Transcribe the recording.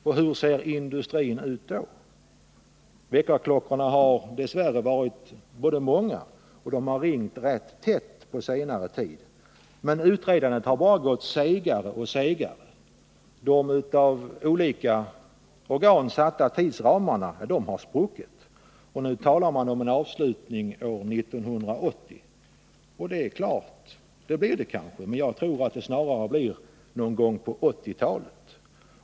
Och hur ser industrin ut då? Väckarklockorna har dess värre både varit många och ringt rätt ofta på senare tid. Men utredandet har bara gått segare och segare. De av olika organ uppsatta tidsramarna har spruckit, och nu talar man om en avslutning år 1980. Det är klart att det kan bli så, men jag tror snarare att man kan säga ”någon gång på 1980-talet”.